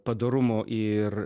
padorumo ir